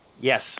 yes